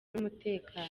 n’umutekano